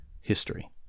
history